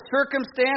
circumstance